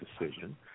decision